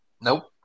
Nope